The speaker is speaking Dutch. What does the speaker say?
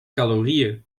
calorieën